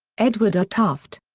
edward r. tufte.